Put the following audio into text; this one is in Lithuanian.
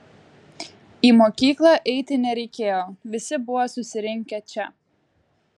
į mokyklą eiti nereikėjo visi buvo susirinkę čia